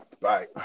Bye